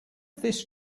this